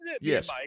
Yes